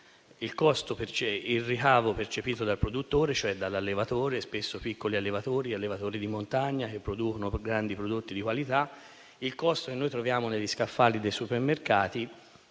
tra il ricavo percepito dal produttore - cioè dall'allevatore, spesso piccoli allevatori, allevatori di montagna, che producono prodotti di grande qualità - e, il costo che noi troviamo negli scaffali dei supermercati,